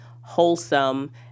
wholesome